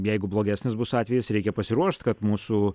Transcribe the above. jeigu blogesnis bus atvejis reikia pasiruošt kad mūsų